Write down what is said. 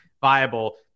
viable